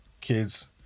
kids